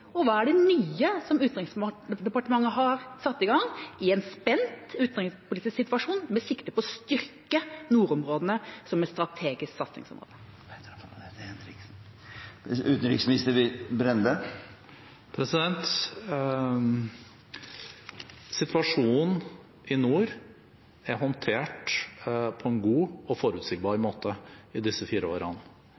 og hva er det nye som Utenriksdepartementet har satt i gang, i en spent utenrikspolitisk situasjon, med sikte på å styrke nordområdene som et strategisk satsingsområde? Situasjonen i nord er håndtert på en god og forutsigbar